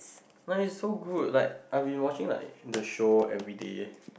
no it so good like I been watching the show everyday